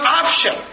option